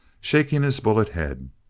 shaking his bullet-head.